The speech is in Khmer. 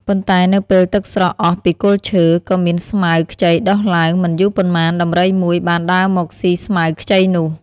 ប៉ុន្តែនៅពេលទឹកស្រកអស់ពីគល់ឈើ ក៏មានស្មៅខ្ចីដុះឡើង។ មិនយូរប៉ុន្មាន ដំរីមួយបានដើរមកស៊ីស្មៅខ្ចីនោះ។